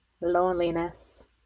loneliness